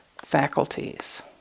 faculties